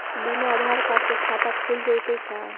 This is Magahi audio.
बिना आधार कार्ड के खाता खुल जइतै का?